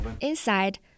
Inside